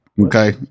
Okay